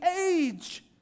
age